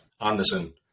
Anderson